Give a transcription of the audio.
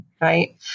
right